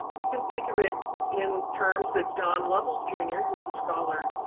we can think of it in terms that john lovell, jr who's a scholar